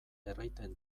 erraiten